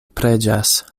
preĝas